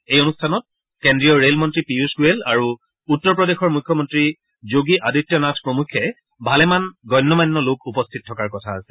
এই অনুষ্ঠানত কেন্দ্ৰীয় ৰেল মন্তী পীয়ুষ গোৱেল আৰু উত্তৰ প্ৰদেশৰ মুখ্যমন্তী যোগী আদিত্য নাথ প্ৰমুখ্যে ভালেমান গণ্য মান্য লোক উপস্থিত থকাৰ কথা আছে